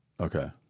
Okay